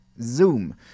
Zoom